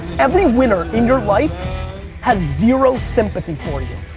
every winner in your life has zero sympathy for you.